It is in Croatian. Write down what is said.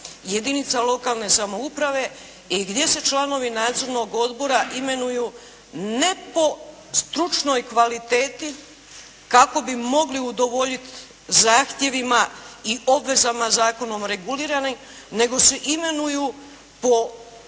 jedinica lokalne samouprave i gdje se članovi nadzornog odbora imenuju ne po stručnoj kvaliteti kako bi mogli udovoljit zahtjevima i obvezama zakonom reguliranih nego se imenuju po srodničkoj